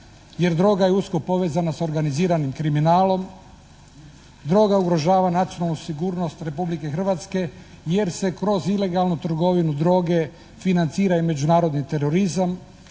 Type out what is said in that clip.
jer droga je usko povezana sa organiziranim kriminalom, droga ugrožava nacionalnu sigurnost Republike Hrvatske jer se kroz ilegalnu trgovinu droge financira međunarodni terorizam.